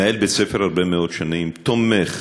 כמנהל בית-ספר הרבה מאוד שנים, תומך